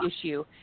issue